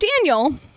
daniel